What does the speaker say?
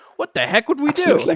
what the heck would we do? like